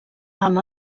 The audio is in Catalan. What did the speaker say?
amb